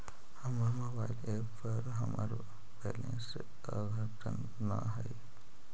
हमर mobile app पर हमर बैलेंस अद्यतन ना हई